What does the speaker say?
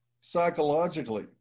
psychologically